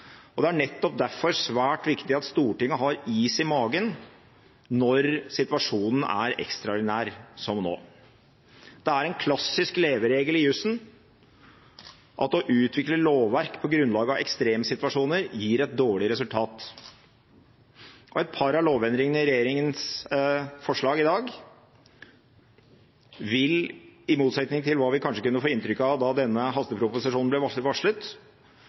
og det er nettopp derfor svært viktig at Stortinget har is i magen når situasjonen er ekstraordinær, som nå. Det er en klassisk leveregel i jusen at å utvikle lovverk på grunnlag av ekstremsituasjoner gir et dårlig resultat. Et par av lovendringene i regjeringens forslag i dag vil, i motsetning til hva vi kanskje kunne få inntrykk av da denne hasteproposisjonen ble varslet,